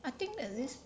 I think there's this